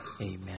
Amen